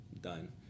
done